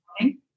morning